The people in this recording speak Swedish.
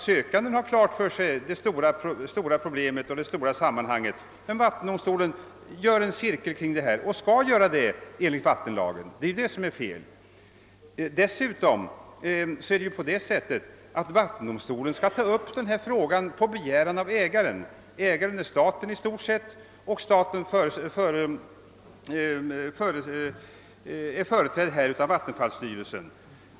Sökanden har det stora problemet och de stora sammanhangen klara för sig, men vattendomstolen slår en cirkel kring detta enda kraftverk och skall enligt vattenlagen göra det. Det är detta som är fel. Dessutom är det på det sättet att vattendomstolen skall ta upp frågan på begäran av ägaren. Ägaren är här i stort sett staten, och staten är här företrädd av vattenfallsstyrelsen.